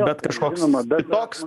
bet kažkoks kitoks